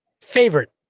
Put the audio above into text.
favorite